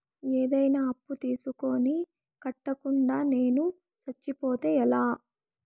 ఏదైనా అప్పు తీసుకొని కట్టకుండా నేను సచ్చిపోతే ఎలా